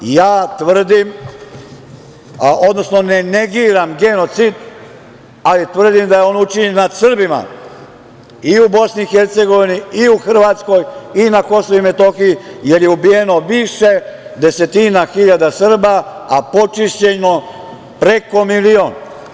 Tvrdim, odnosno ne negiram genocid, ali tvrdim da je on učinjen nad Srbima i u BiH, i u Hrvatskoj, i na Kosovu i Metohiji, jer je ubijeno više desetina hiljada Srba, a počišćeno preko milion.